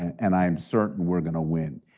and i am certain we're going to win.